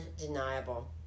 undeniable